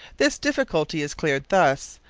this difficulty is cleared thus,